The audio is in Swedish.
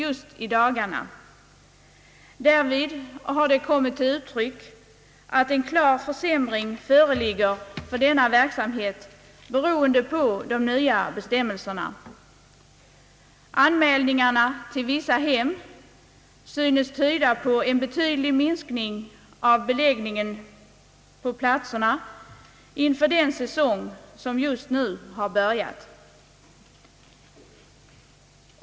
Det har därvid framgått att det föreligger en klar försämring för denna verksamhet beroende på de nya bestämmelserna. Antalet anmälningar till vissa hem synes tyda på en betydlig minskning av beläggningen inför den säsong som just nu har börjat.